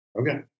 Okay